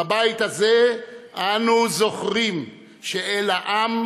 בבית הזה אנו זוכרים שאל העם,